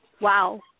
Wow